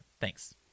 Thanks